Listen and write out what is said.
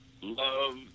love